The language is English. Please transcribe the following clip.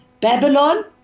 Babylon